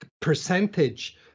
percentage